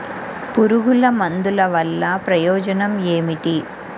పురుగుల మందుల వల్ల ప్రయోజనం ఏమిటీ?